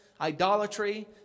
idolatry